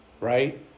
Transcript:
right